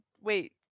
wait